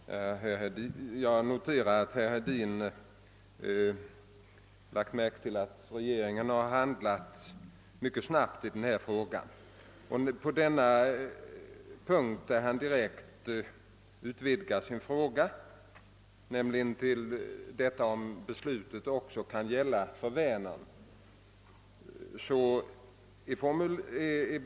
Herr talman! Jag noterar att herr Hedin lagt märke till att regeringen har handlat mycket snabbt i denna fråga. Herr Hedin utvidgar nu sin fråga till om beslutet kan tolkas så att även fiskarna i Vänern får ersättning.